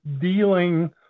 dealing